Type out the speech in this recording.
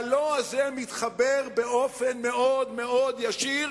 וה"לא" הזה מתחבר באופן מאוד מאוד ישיר